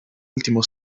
ultimo